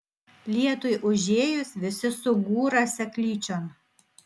lietui užėjus visi sugūra seklyčion